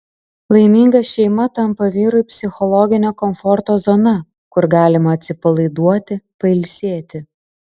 laiminga šeima tampa vyrui psichologinio komforto zona kur galima atsipalaiduoti pailsėti